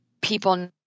people